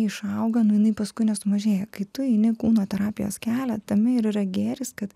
išauga nu jinai paskui nesumažėja kai tu eini kūno terapijos kelią tame ir yra gėris kad